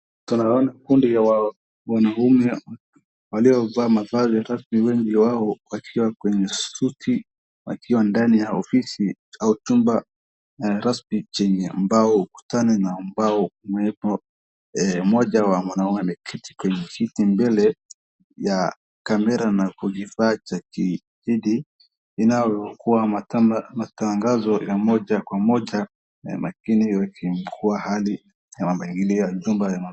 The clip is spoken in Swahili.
Tunaona kundi ya wanahumia, waliwa uba mazali raspi wendi wahu wakiva kwenye suti, wakiva ndani ya ofisi, autumba raspi chenye mbao, kutane na mbao, mwepo moja wama naunga mekiti kwenye kiti mbele ya kamera na kujifacha ki hidi. Hina kwa matangazo ya mmoja kwa mmoja na makini yote kwa hali ya mamangili ya zumba.